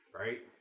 right